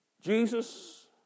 Jesus